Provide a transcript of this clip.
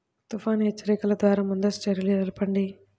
తుఫాను హెచ్చరికల ద్వార ముందస్తు చర్యలు తెలపండి?